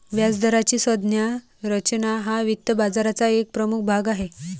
व्याजदराची संज्ञा रचना हा वित्त बाजाराचा एक प्रमुख भाग आहे